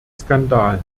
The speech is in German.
skandal